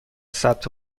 ثبت